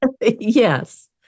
Yes